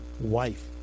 wife